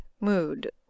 mood